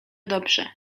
dobrze